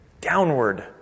downward